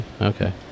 Okay